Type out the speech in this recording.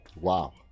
Wow